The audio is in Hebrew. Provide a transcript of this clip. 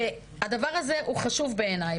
והדבר הזה הוא חשוב בעיניי.